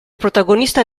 protagonista